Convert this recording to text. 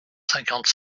cinquante